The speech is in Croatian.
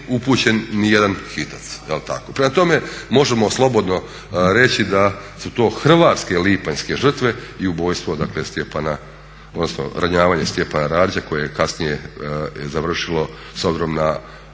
upućen nijedan hitac. Prema tome, možemo slobodno reći da su to hrvatske lipanjske žrtve i ubojstvo dakle Stjepana, odnosno ranjavanje Stjepana Radića koje je kasnije završilo s obzirom na